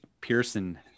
Pearson